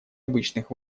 обычных